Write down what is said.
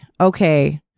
okay